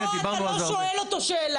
לא, לא, אתה לא שואל אותו שאלה.